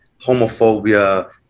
homophobia